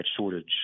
shortage